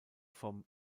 vom